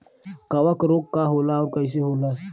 कवक रोग का होला अउर कईसन होला?